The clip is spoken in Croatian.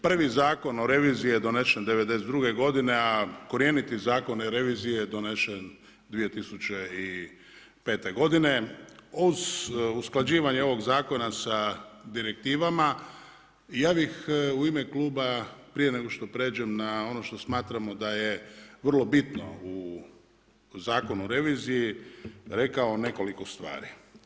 Prvi Zakon o reviziji je donesen '92. g. a korijeniti zakon revizije je donošen 2005.g. uz usklađivanje ovog zakona s direktivama i ja bih u ime kluba prije nego što prijeđem na ono što smatramo da je vrlo bitno u Zakonu o reviziji rekao nekoliko stvari.